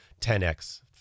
10X